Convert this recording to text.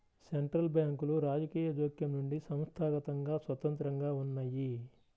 central బ్యాంకులు రాజకీయ జోక్యం నుండి సంస్థాగతంగా స్వతంత్రంగా ఉన్నయ్యి